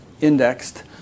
indexed